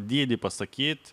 dydį pasakyt